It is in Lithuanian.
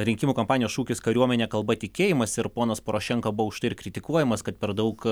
rinkimų kampanijos šūkis kariuomenė kalba tikėjimas ir ponas porošenka buvo už tai ir kritikuojamas kad per daug